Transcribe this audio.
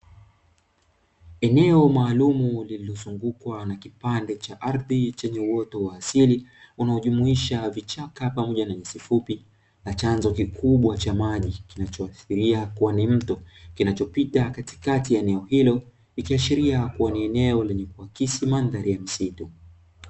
Eneo maalumu lililozungukwa na kipande cha ardhi chenye uoto wa asili, unaojumuisha vichaka pamoja na nyasi fupi na chanzo kikubwa cha maji kinachoathiria kuwa ni mto, kinachopita katikati ya eneo hilo, ikiashiria ya kuwa ni eneo lenye kwa kuakisi mandhari ya misitu.